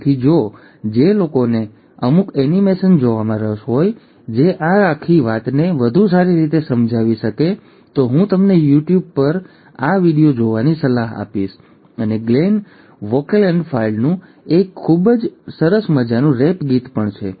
તેથી જો જે લોકોને અમુક એનિમેશન જોવામાં રસ હોય જે આ આખી વાતને વધુ સારી રીતે સમજાવી શકે તો હું તમને યુટ્યુબ પર આ વિડિઓ જોવાની સલાહ આપીશ અને ગ્લેન વોલ્કેનફેલ્ડનું એક ખૂબ જ સરસ મજાનું રેપ ગીત પણ છે